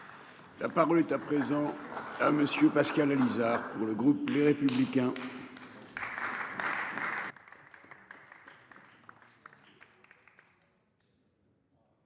La parole est à présent hein monsieur Pascal Alizart pour le groupe Les Républicains.